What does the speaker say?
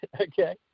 Okay